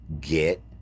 get